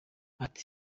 ati